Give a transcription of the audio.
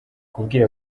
kubwira